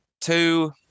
Two